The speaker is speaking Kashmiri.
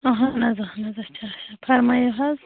اَہن حظ اَہن حظ اچھا فَرمٲیِو حٲز